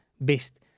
best